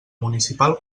municipal